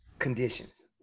conditions